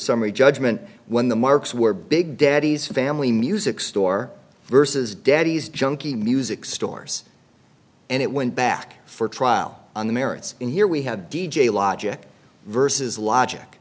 summary judgment when the marks were big daddy's family music store versus daddy's junky music stores and it went back for trial on the merits and here we have d j logic versus logic